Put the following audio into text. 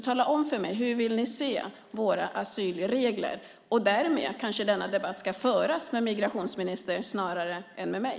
Tala om för mig hur ni vill se våra asylregler. Därmed kanske denna debatt ska föras med migrationsministern snarare än med mig.